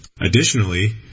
Additionally